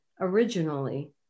originally